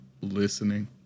listening